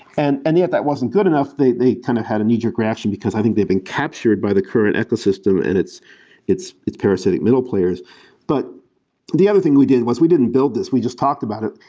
and and yet, that wasn't good enough. they they kind of had a knee-jerk reaction, because i think they've been captured by the current ecosystem and its its parasitic middle players but the other thing we did was we didn't build this, we just talked about it.